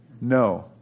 no